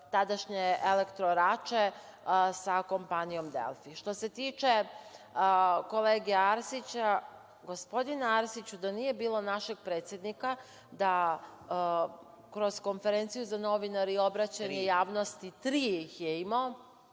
tadašnje „Elektro“ Rače sa kompanijom „Delfi“.Što se tiče kolege Arsića, gospodine Arsiću da nije bilo našeg predsednika da kroz konferenciju za novinare i obraćanje javnosti, tri ih je imao